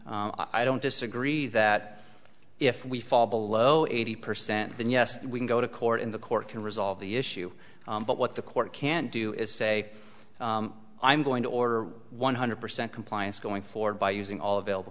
i don't disagree that if we fall below eighty percent then yes we can go to court in the court can resolve the issue but what the court can do is say i'm going to order one hundred percent compliance going forward by using all available